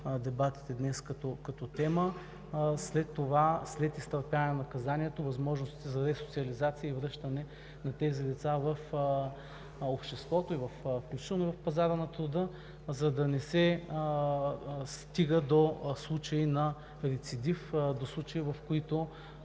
дебатите днес като тема – след изтърпяване на наказанието да има възможности за ресоциализация и връщане на тези лица в обществото, включително и в пазара на труда, за да не се стига до случаи на рецидив, до случаи, в които